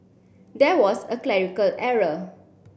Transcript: there was a clerical error